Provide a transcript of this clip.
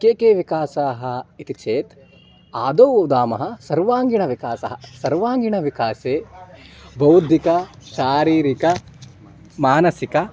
के के विकासाः इति चेत् आदौ वदामः सर्वाङ्गीणविकासः सर्वाङ्गीणविकासे बौद्धिक शारीरिक मानसिक